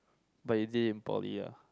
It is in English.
but you did it in poly ah